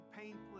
painful